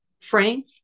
frank